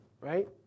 right